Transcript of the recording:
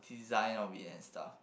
design of it and stuff